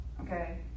Okay